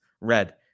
red